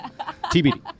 tbd